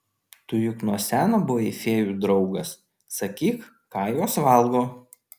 tu juk nuo seno buvai fėjų draugas sakyk ką jos valgo